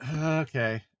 okay